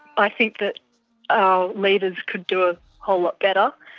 i think that our leaders could do a whole lot better.